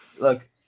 Look